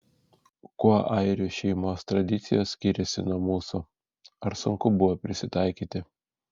kuo airių šeimos tradicijos skiriasi nuo mūsų ar sunku buvo prisitaikyti